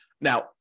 Now